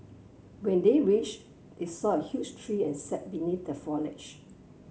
when they reached they saw a huge tree and sat beneath the foliage